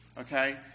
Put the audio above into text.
Okay